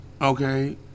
Okay